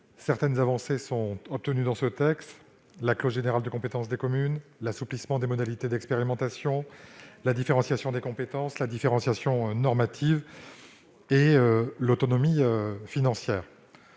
certaines avancées : la clause générale de compétence des communes, l'assouplissement des modalités d'expérimentation, la différenciation des compétences, la différenciation normative et l'autonomie financière.